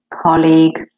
colleague